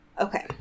Okay